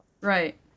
right